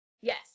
yes